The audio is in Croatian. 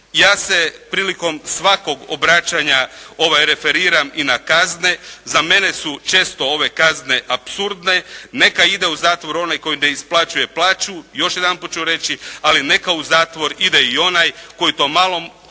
Ja se prilikom svakog obraćanja referiram i na kazne. Za mene su često ove kazne apsurdne. Neka ide u zatvor onaj tko ne isplaćuje plaću, još jedanput ću reći, ali neka u zatvor ide i onaj koji tom malom